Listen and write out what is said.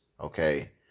okay